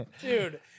Dude